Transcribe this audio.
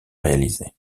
réalisé